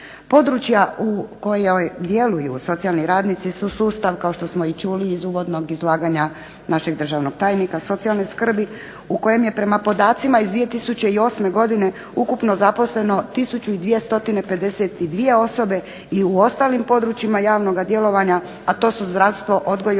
Područja u kojima djeluju socijalni radnici su sustav, kao što smo i čuli iz uvodnog izlaganja našeg državnog tajnika, socijalne skrbi u kojem je prema podacima iz 2008. godine ukupno zaposleno 1252 osobe i u ostalim područjima javnoga djelovanja, a to su zdravstvo, odgoj i obrazovanje,